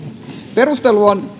perustelu on